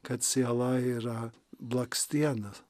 kad siela yra blakstienas